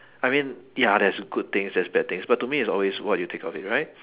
I mean ya there's good things there's bad things but to me it's always what you take out of it right